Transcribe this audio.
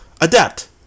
Adapt